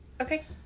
Okay